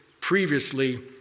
previously